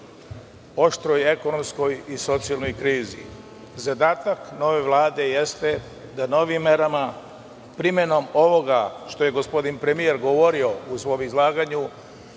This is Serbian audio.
oštroj ekonomskoj i socijalnoj krizi. Zadatak nove Vlade jeste da novim merama, primenom ovoga što je gospodin premijer govorio u svom izlaganju,